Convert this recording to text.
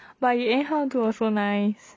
but you anyhow do also nice